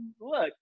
look